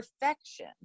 perfection